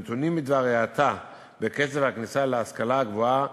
הנתונים בדבר האטה בקצב הכניסה להשכלה הגבוהה